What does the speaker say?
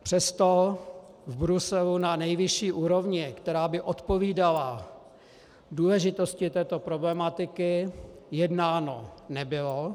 Přesto v Bruselu na nejvyšší úrovni, která by odpovídala důležitosti této problematiky, jednáno nebylo.